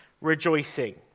rejoicing